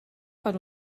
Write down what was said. per